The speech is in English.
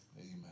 amen